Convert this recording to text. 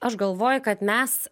aš galvoju kad mes